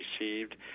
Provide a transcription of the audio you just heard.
received